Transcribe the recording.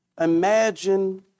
Imagine